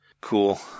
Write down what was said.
Cool